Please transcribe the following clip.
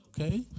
okay